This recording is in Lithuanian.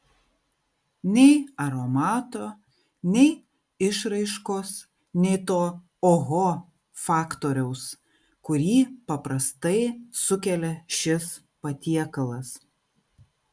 nei aromato nei išraiškos nei to oho faktoriaus kurį paprastai sukelia šis patiekalas